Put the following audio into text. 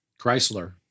Chrysler